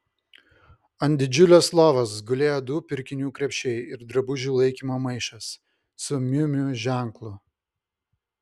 ant didžiulės lovos gulėjo du pirkinių krepšiai ir drabužių laikymo maišas su miu miu ženklu